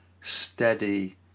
steady